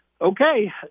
okay